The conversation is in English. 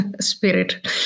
spirit